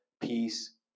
peace